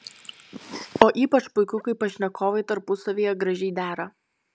o ypač puiku kai pašnekovai tarpusavyje gražiai dera